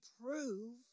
prove